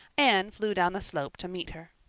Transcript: anne flew down the slope to meet her.